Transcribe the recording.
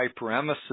hyperemesis